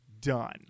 done